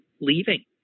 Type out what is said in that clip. leaving